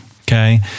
Okay